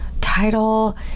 title